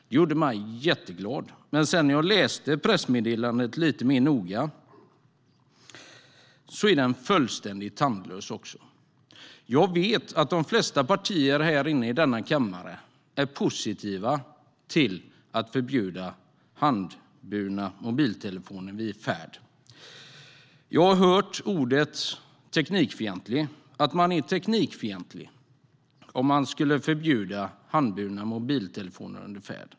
Det gjorde mig jätteglad, men när jag läste pressmeddelandet lite mer noga var innehållet fullständigt tandlöst. Jag vet att de flesta partier i denna kammare är positiva till att förbjuda handburna mobiltelefoner under bilfärd. Jag har hört ordet teknikfientlig. Man är teknikfientlig om man vill förbjuda handburna mobiltelefoner under färd.